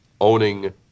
owning